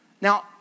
Now